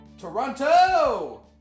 Toronto